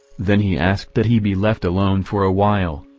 then he asked that he be left alone for a while,